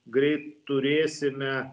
greit turėsime